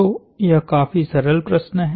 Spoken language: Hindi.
तो यह काफी सरल प्रश्न है